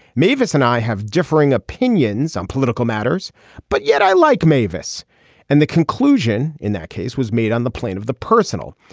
mavis and i have differing opinions on political matters but yet i like mavis and the conclusion in that case was made on the plane of the personal.